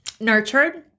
nurtured